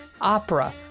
opera